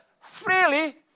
Freely